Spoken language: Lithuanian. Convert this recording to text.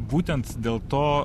būtent dėl to